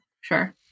Sure